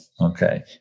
Okay